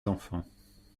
enfants